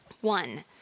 One